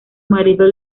marido